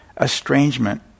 estrangement